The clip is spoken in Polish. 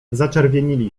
zaczerwienili